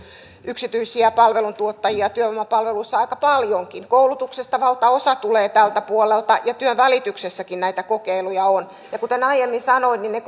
yksityisiä palveluntuottajia työvoimapalveluissa aika paljonkin koulutuksesta valtaosa tulee tältä puolelta ja työnvälityksessäkin näitä kokeiluja on ja kuten aiemmin sanoin niin ne